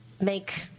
make